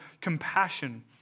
compassion